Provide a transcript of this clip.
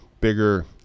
bigger